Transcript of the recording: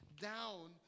down